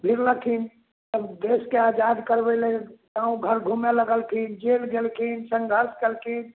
जुड़लखिन तब देशके आजाद करबै लेल गाँव घर घुमए लगलखिन जेल गेलखिन सङ्घर्ष कयलखिन